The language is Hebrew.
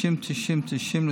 90-90-90,